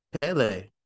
Pele